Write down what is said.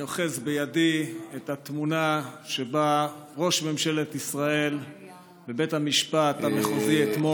אני אוחז בידי את התמונה שבה ראש ממשלת ישראל בבית המשפט המחוזי אתמול.